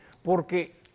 Porque